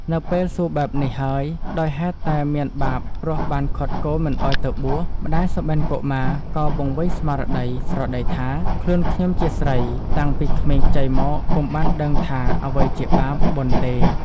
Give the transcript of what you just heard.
នៅពេលសួរបែបនេះហើយ ដោយហេតុតែមានបាបព្រោះបានឃាត់កូនមិនឲ្យទៅបួស ម្តាយសុបិនកុមារ ក៏វង្វេងស្មារតី ស្រដីថា ខ្លួនខ្ញុំជាស្រី តាំងពីក្មេងខ្ចីមកពុំបានដឹងថា អ្វីជាបាប បុណ្យទេ។